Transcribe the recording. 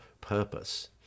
purpose